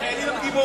הם גיבורים.